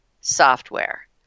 software